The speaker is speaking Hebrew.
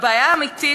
הבעיה האמיתית,